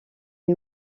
est